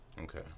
Okay